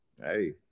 hey